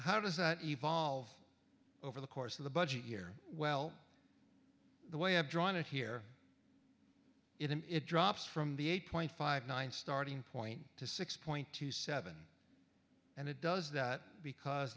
how does that evolve over the course of the budget year well the way i've drawn it here it drops from the eight point five nine starting point to six point two seven and it does that because